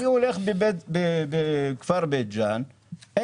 אני הולך בכפר בית ג'אן בין הרכבים